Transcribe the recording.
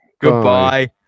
Goodbye